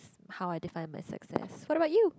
how I define my success what about you